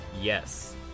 yes